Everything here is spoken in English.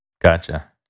Gotcha